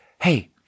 Hey